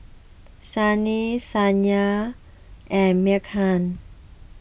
Sunil Saina and Milkha